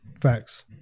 Facts